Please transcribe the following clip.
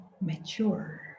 mature